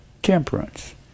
Temperance